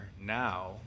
now